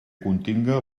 continga